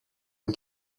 and